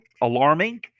alarming